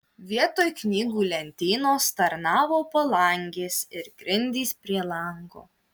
vietoj knygų lentynos tarnavo palangės ir grindys prie lango